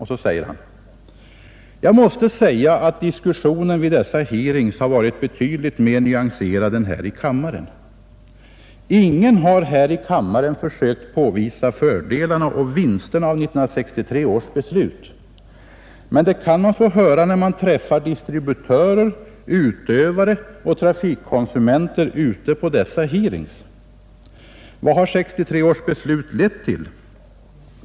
Herr Grebäck yttrade: ”Jag måste säga att diskussionen vid dessa hearings har varit betydligt mer nyanserad än här i kammaren. Ingen har här i kammaren försökt påvisa fördelarna och vinsterna av 1963 års beslut. Men det kan man få höra, när man träffar distributörer, utövare och trafikkonsumenter ute på dessa hearings. — Vad har 1963 års beslut lett till?